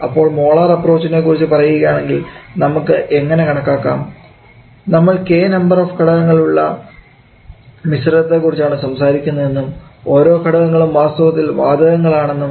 അപ്പോൾ മോളാർ അപ്രോച്ച്നെ കുറിച്ച് പറയുകയാണെങ്കിൽ നമുക്ക് എങ്ങനെ കണക്കാക്കാം നമ്മൾ k നമ്പർ ഓഫ് ഘടകങ്ങളുള്ള മിശ്രിതത്തെ കുറിച്ചാണ് സംസാരിക്കുന്നത് എന്നും ഓരോ ഘടകങ്ങളും വാസ്തവത്തിൽ വാതകങ്ങൾ ആണെന്നും